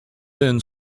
then